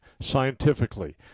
scientifically